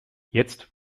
jetzt